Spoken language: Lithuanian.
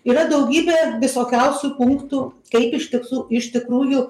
yra daugybė visokiausių punktų kaip iš tiksų iš tikrųjų